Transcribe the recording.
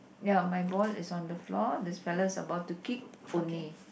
ya my ball is on the floor this fellow is about to kick only